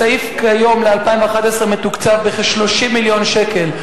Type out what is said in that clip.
הסעיף היום, ב-2011, מתוקצב בכ-30 מיליון שקל.